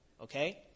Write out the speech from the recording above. Okay